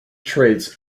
traits